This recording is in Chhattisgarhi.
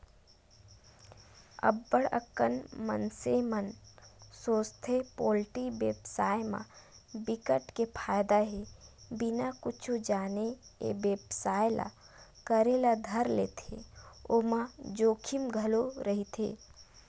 अब्ब्ड़ अकन मनसे मन सोचथे पोल्टी बेवसाय म बिकट के फायदा हे बिना कुछु जाने ए बेवसाय ल करे ल धर लेथे ओमा जोखिम घलोक रहिथे